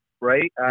right